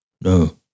no